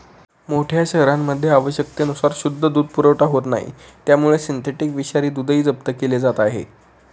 मोठ्या शहरांमध्ये आवश्यकतेनुसार शुद्ध दूध पुरवठा होत नाही त्यामुळे सिंथेटिक विषारी दूधही जप्त केले जात आहे